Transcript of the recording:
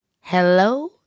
Hello